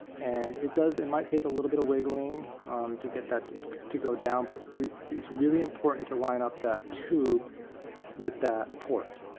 and it it and might take a little bit of wiggling to get that to go down, but it's really important to line up that tube with that port.